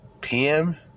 PM